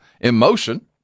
emotion